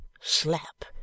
slap